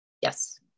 Yes